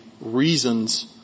reasons